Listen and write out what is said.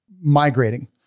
migrating